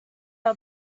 are